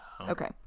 Okay